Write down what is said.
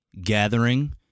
gathering